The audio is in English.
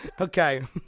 Okay